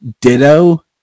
Ditto